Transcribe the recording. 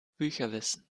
bücherwissen